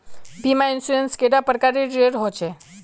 बीमा इंश्योरेंस कैडा प्रकारेर रेर होचे